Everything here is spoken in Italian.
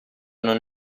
non